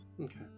Okay